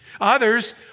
Others